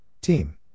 Team